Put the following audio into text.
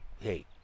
hey